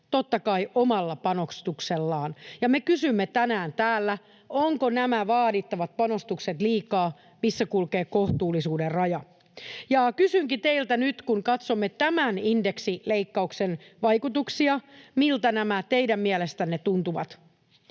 totta kai, omalla panostuksellaan. Ja me kysymme tänään täällä, ovatko nämä vaadittavat panostukset liikaa, missä kulkee kohtuullisuuden raja. Kysynkin teiltä nyt, kun katsomme tämän indeksileikkauksen vaikutuksia: miltä nämä teidän mielestänne tuntuvat?